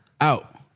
out